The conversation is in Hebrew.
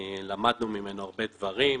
למדנו ממנו הרבה דברים.